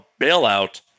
bailout